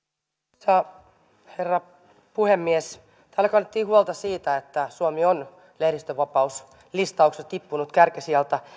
arvoisa herra puhemies täällä kannettiin huolta siitä että suomi on lehdistönvapauslistauksessa tippunut kärkisijalta